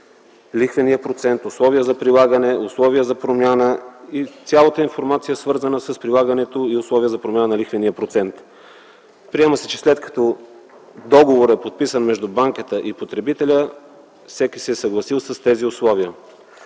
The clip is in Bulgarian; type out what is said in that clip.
лихвения процент, условията за прилагане, условията за промяна. Цялата информация е свързана с прилагането и условията за промяна на лихвения процент. Приема се, че след като договорът е подписан между банката и потребителя, всеки се е съгласил с тези условия.